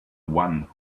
one